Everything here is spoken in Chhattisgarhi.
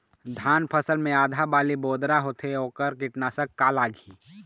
धान फसल मे आधा बाली बोदरा होथे वोकर कीटनाशक का लागिही?